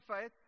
faith